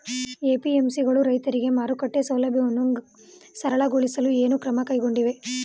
APMC ಗಳು ರೈತರಿಗೆ ಮಾರುಕಟ್ಟೆ ಸೌಲಭ್ಯವನ್ನು ಸರಳಗೊಳಿಸಲು ಏನು ಕ್ರಮ ಕೈಗೊಂಡಿವೆ?